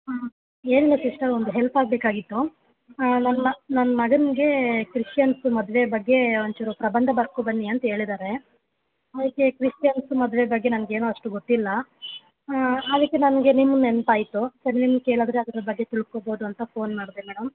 ಹಾಂ ಏನಿಲ್ಲ ಸಿಸ್ಟರ್ ಒಂದು ಹೆಲ್ಪ್ ಆಗಬೇಕಾಗಿತ್ತು ನನ್ನ ಮ ನನ್ನ ಮಗನಿಗೆ ಕ್ರಿಶ್ಚಿಯನ್ಸು ಮದುವೆ ಬಗ್ಗೆ ಒಂದ್ಚೂರು ಪ್ರಬಂಧ ಬರ್ಕೊ ಬನ್ನಿ ಅಂತೇಳಿದ್ದಾರೆ ಅದಕ್ಕೆ ಕ್ರಿಶ್ಚಿಯನ್ಸ್ ಮದುವೆ ಬಗ್ಗೆ ನನಗೇನು ಅಷ್ಟು ಗೊತ್ತಿಲ್ಲ ಅದಕ್ಕೆ ನನಗೆ ನಿಮ್ಮ ನೆನಪಾಯ್ತು ಸರಿ ನಿಮ್ಮ ಕೇಳಿದ್ರೆ ಅದ್ರ ಬಗ್ಗೆ ತಿಳ್ಕೋಬೌದು ಅಂತ ಫೋನ್ ಮಾಡಿದೆ ಮೇಡಮ್